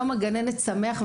יום הגננת שמח.